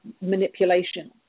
manipulation